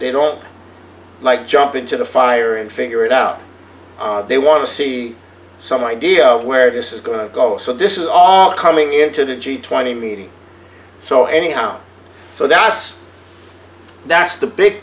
they don't like jump into the fire and figure it out they want to see some idea of where this is going to go so this is all coming into the g twenty meeting so anyhow so that's that's the big